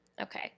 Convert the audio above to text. Okay